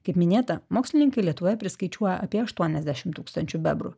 kaip minėta mokslininkai lietuvoje priskaičiuoja apie aštuoniasdešim tūkstančių bebrų